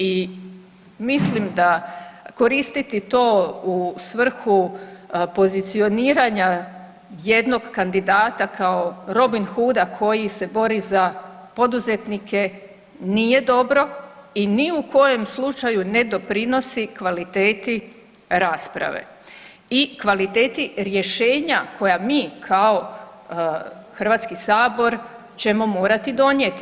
I mislim da koristiti to u svrhu pozicioniranja jednog kandidata kao Robin Huda koji se bori za poduzetnike nije dobro i ni u kojem slučaju ne doprinosi kvaliteti rasprave i kvaliteti rješenja koja mi kao Hrvatski sabor ćemo morati donijeti.